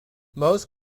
most